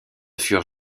furent